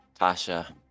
Tasha